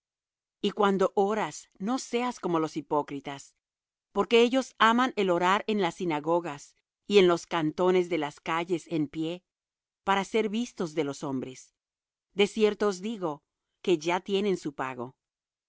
y cuando oras no seas como los hipócritas porque ellos aman el orar en las sinagogas y en los cantones de las calles en pie para ser vistos de los hombres de cierto os digo que ya tienen su pago